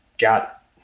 got